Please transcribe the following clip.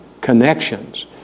connections